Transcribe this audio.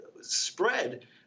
spread